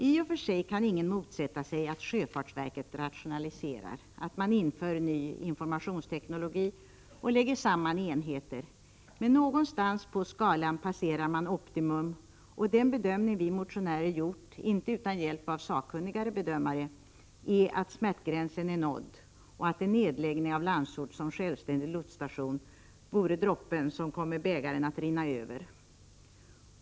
I och för sig kan ingen motsätta sig att sjöfartsverket rationaliserar, att det inför ny informationsteknologi och att det lägger samman enheter. Men någonstans på skalan passerar man optimum, och den bedömning vi motionärer gjort — inte utan hjälp av sakkunnigare bedömare — är att smärtgränsen är nådd och att en nedläggning av Landsort som självständig lotsstation vore droppen som skulle få bägaren att rinna över.